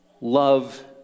love